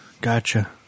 Gotcha